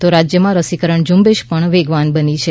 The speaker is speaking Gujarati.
તો રાજ્યમાં રસીકરણ ઝુંબેશ પણ વેગવાન બની છે